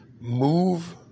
move